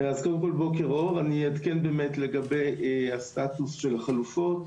קודם כל, אני אעדכן באמת לגבי הסטטוס של החלופות.